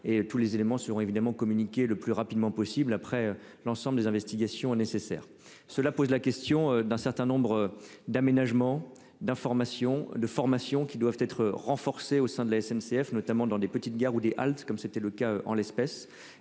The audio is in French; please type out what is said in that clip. et tous les éléments seront évidemment communiquer le plus rapidement possible après l'ensemble des investigations nécessaires. Cela pose la question d'un certain nombre d'aménagements d'information de formation qui doivent être. Au sein de la SNCF notamment dans des petites gares ou des Alpes, comme c'était le cas en l'espèce